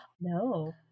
No